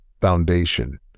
foundation